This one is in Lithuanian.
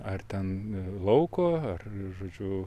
ar ten lauko ar žodžiu